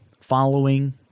following